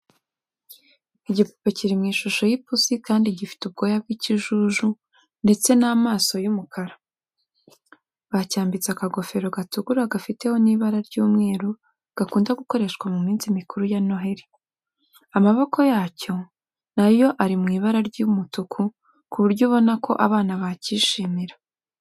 Igipupe kiri mu ishusho y'ipusi kandi gifite ubwoya bw'ikijuju ndetse n'amaso y'umukara, bacyambitse akagofero gatukura gafiteho n'ibara ry'umweru gakunda gukoreshwa mu minsi mikuru ya Noheri. Amaboko yacyo na yo ari mu ibara ry'umutuku ku buryo ubona ko abana bakishimira.